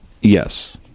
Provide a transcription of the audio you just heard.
yes